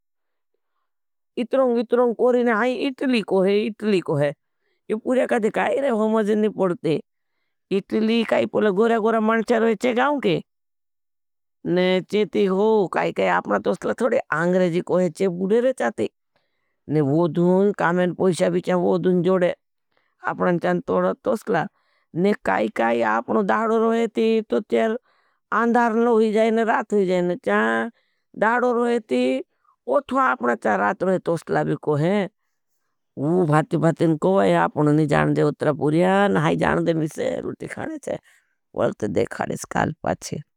इत्रों इत्रों कोरिना हैं, इटली को है, इटली को है। यो पुर्या काथ काई रहे हो, मज़े नहीं पोड़ते। इटली काई पोला गोर्या-गोर्या मनचा रहे चे गाउं के। ने चेति हो, काई काई आपना तोस्ला थोड़े, आंग्रेजी कोहे चेप गुडे रहे चाती। ने वोधुन, कामें पोईशा भी चाँ वोधुन जोड़े, आपना चाँ तोड़ा तोस्ला। ने काई काई आपना दाड़ो रहे थी, तो त्यार अंधारनलो ही जाए ने रात ही जाए ने चाँ। दाड़ो रहे थी, ओथो आपना चाँ रात रहे तोस्ला भी कोहे। वो भात भात इनको वह आप उननी जान दे उत्रपुर्या, नहीं जान दे मिसे रूटी खाने से, वर्त दे खाने सकाल पाछे।